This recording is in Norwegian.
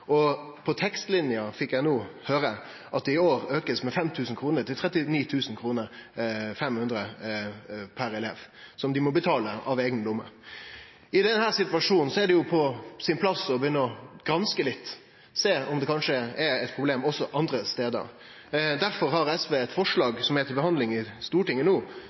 På tekstlinja fekk eg no høyre at det i år blir auka med 5 000 kr, til 39 950 kr per elev, som dei må betale av eiga lomme. I denne situasjonen er det på sin plass å begynne å granske litt, sjå om det kanskje er eit problem også andre stader. Derfor har SV eit forslag som er til behandling i Stortinget no,